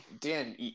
Dan